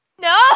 No